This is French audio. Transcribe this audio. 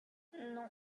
non